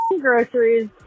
groceries